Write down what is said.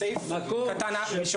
סעיף קטן א.